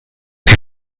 die